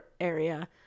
area